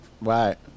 Right